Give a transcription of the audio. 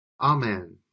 Amen